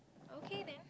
okay then